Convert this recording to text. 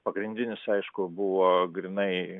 pagrindinis aišku buvo grynai